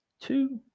two